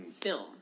film